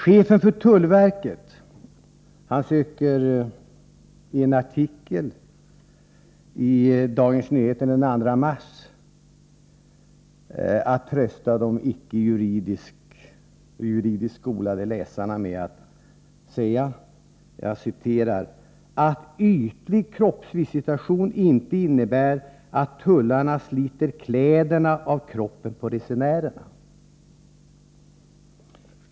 Chefen för tullverket försökte i en artikel i Dagens Nyheter den 2 mars att trösta de icke juridiskt skolade läsarna genom att säga att ”ytlig kroppsvisitation inte innebär att tullarna sliter kläderna av kroppen på resenärerna”.